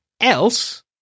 Else